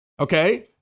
Okay